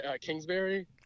Kingsbury